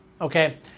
Okay